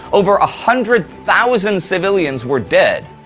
over a hundred thousand civilians were dead,